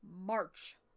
March